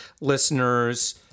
listeners